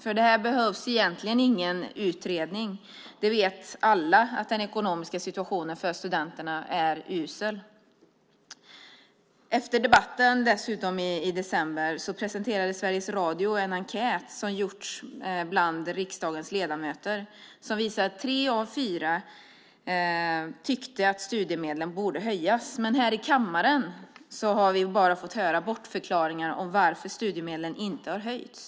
För detta behövs ingen utredning; alla vet att den ekonomiska situationen för studenter är usel. Efter debatten i december presenterade Sveriges Radio en enkät som gjorts bland riksdagens ledamöter. Den visade att tre av fyra ledamöter tyckte att studiemedlen borde höjas. Men här i kammaren har vi bara fått höra bortförklaringar till varför studiemedlen inte har höjts.